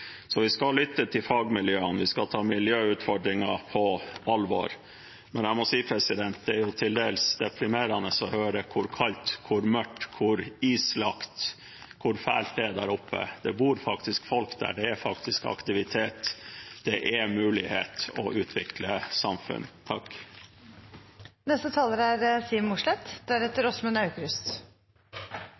Så vi skal lytte til fagmiljøene, vi skal ta miljøutfordringen på alvor. Men jeg må si det er til dels deprimerende å høre hvor kaldt, hvor mørkt, hvor islagt, hvor fælt det er der oppe. Det bor faktisk folk der, det er faktisk aktivitet, det er mulig å utvikle samfunn. Jeg må si meg enig med forrige taler i at i nord er